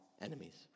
enemies